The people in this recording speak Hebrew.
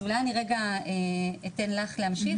אז אולי רגע אתן לורד להמשיך.